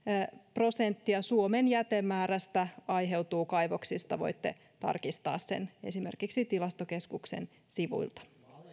prosenttia suomen jätemäärästä aiheutuu kaivoksista voitte tarkistaa sen esimerkiksi tilastokeskuksen sivuilta